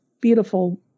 beautiful